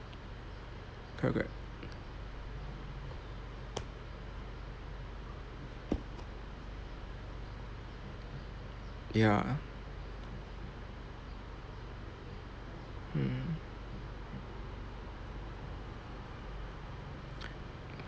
correct correct ya hmm